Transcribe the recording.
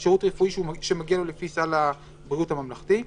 על שירות רפואי שמגיע לו לפי סל הבריאות הממלכתי.